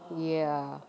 ya